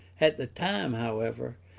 at the time, however,